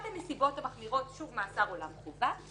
הנסיבות המחמירות שוב מאסר עולם חובה.